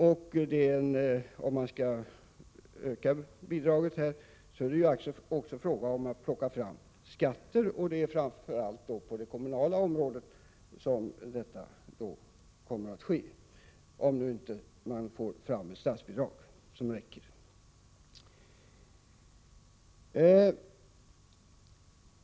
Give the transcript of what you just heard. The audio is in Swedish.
Om man skall öka bidraget så gäller det att plocka fram skatter, och det är framför allt på det kommunala området som detta kommer att ske — om man inte får ett statsbidrag som räcker.